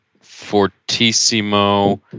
Fortissimo